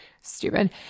Stupid